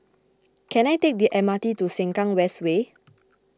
can I take the M R T to Sengkang West Way